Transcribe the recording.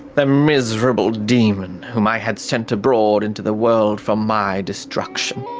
the miserable demon whom i had sent abroad into the world for my destruction.